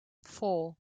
four